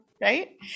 Right